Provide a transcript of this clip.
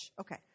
Okay